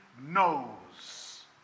knows